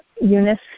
Eunice